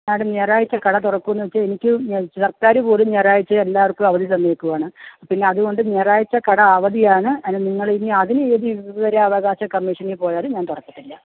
madam ഞായറാഴ്ച കട തുറക്കുമോ എന്ന് ചോദിച്ചാൽ എനിക്കും സർക്കാർ പോലും ഞായറാഴ്ച എല്ലാവർക്കും അവധി തന്നേക്കുവാണ് പിന്നെ അതുകൊണ്ട് ഞായറാഴ്ച കട അവധിയാണ് അല്ല നിങ്ങളിനി അതിന് ഇത് വിവരാവകാശ കമ്മീഷനിൽ പോയാലും ഞാൻ തുറക്കത്തില്ല